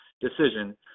decision